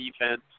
defense